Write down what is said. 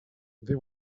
they